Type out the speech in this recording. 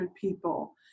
people